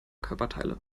körperteile